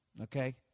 okay